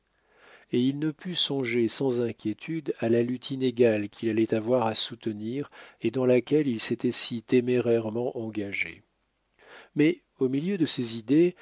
et il ne put songer sans inquiétude à la lutte inégale qu'il allait avoir à soutenir et dans laquelle il s'était si témérairement engagé mais au milieu de ces idées